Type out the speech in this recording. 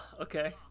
okay